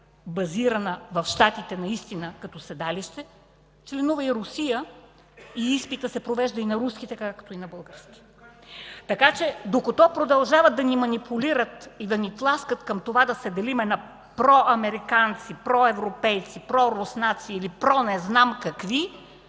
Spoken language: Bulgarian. базирана в Щатите като седалище, членува и Русия. Изпитът се провежда и на руски, така както и на български език. Така че докато продължават да ни манипулират и да ни тласкат към това да се делим на проамериканци, проевропейци, проруснаци или про – не знам какви,